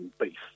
beef